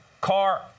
car